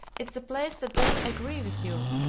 it's the place that doesn't agree with you,